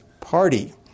party